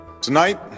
Tonight